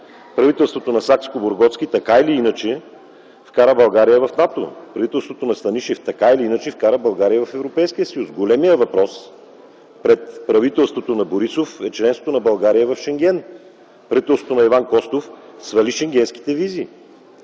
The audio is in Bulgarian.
Правителството на Сакскобургготски, така или иначе, вкара България в НАТО, правителството на Станишев, така или иначе, вкара България в Европейския съюз. Големият въпрос пред правителството на Борисов е членството на България в Шенген. Правителството на Иван Костов свали Шенгенските визи.